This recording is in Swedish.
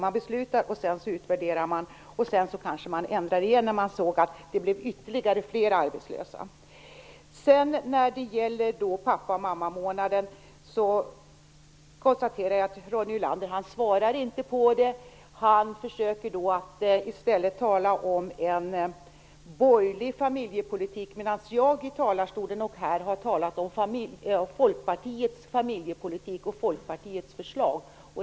Man beslutar, och sedan utvärderar man, och sedan kanske man ändrar igen när man ser att det blev ännu fler arbetslösa. När det gäller pappa och mammamånaderna konstaterar jag att Ronny Olander inte svarar. I stället talar han om en borgerlig familjepolitik, medan jag har talat om Folkpartiets familjepolitik och Folkpartiets förslag.